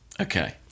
Okay